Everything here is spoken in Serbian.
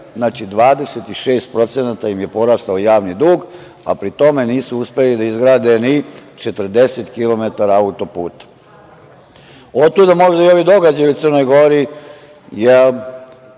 znači 26% im je porastao javni dug, a pri tome nisu uspeli da izgrade ni 40 km auto-puta. Otuda možda i ovi događaji možda u Crnoj Gori,